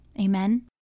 Amen